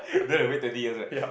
then you wait twenty years right